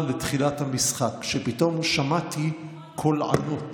בתחילת המשחק כשפתאום שמעתי קול ענות,